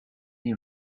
you